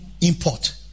import